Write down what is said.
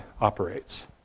operates